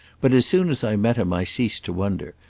but as soon as i met him i ceased to wonder,